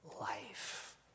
life